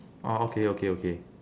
orh okay okay okay